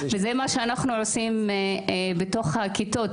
שזה מה שאנחנו עושים בתוך הכיתות.